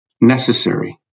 necessary